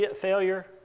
failure